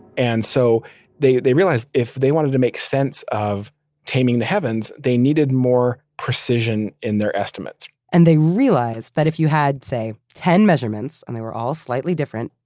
and so they they realized if they wanted to make sense of taming the heavens, they needed more precision in their estimates and they realized that if you had, say ten measurements and they were all slightly different,